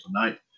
tonight